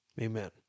amen